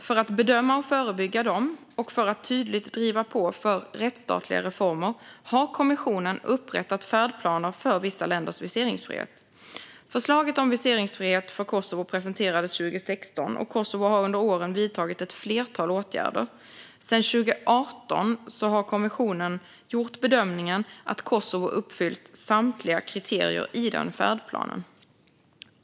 För att bedöma och förebygga dem och för att tydligt driva på för rättsstatliga reformer har kommissionen upprättat färdplaner för vissa länders viseringsfrihet. Förslaget om viseringsfrihet för Kosovo presenterades 2016, och Kosovo har under åren vidtagit ett flertal åtgärder. Sedan 2018 har kommissionen gjort bedömningen att Kosovo har uppfyllt samtliga kriterier i den färdplanen.